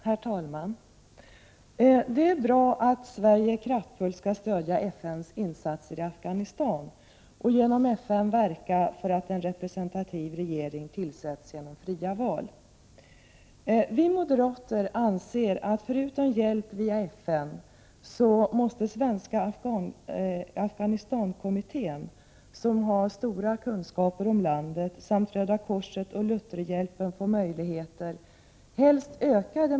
Herr talman! Det är bra att Sverige kraftfullt skall stödja FN:s insatser i Afghanistan och genom FN verka för att en representativ regering tillsätts genom fria val. Vi moderater anser att — vid sidan av hjälp via FN — Svenska Afghanistankommittén, som har stora kunskaper om landet, samt Röda korset och Lutherhjälpen måste få möjligheter, helst ökade möjligheter, att Prot.